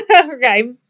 Okay